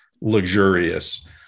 luxurious